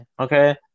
Okay